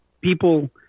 people